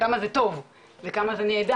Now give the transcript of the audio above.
על כמה זה טוב וכמה זה נהדר.